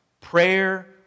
prayer